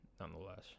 nonetheless